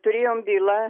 turėjom bylą